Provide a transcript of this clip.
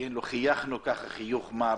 חייכנו חיוך מר